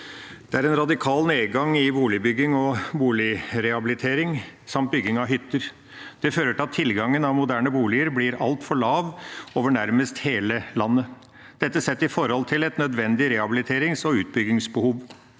Det er en radikal nedgang i boligbygging og boligrehabilitering samt bygging av hytter. Det fører til at tilgangen på moderne boliger blir altfor lav over nærmest hele landet, dette sett i forhold til et nødvendig rehabiliterings- og utbyggingsbehov.